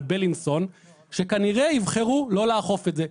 על בילינסון שכנראה יבחרו לא לאכוף את זה.